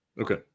Okay